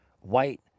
white